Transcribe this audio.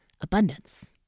abundance